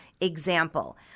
example